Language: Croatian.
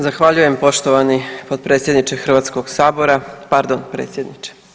Zahvaljujem poštovani potpredsjedniče Hrvatskog sabora, pardon predsjedniče.